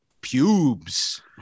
pubes